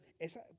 esa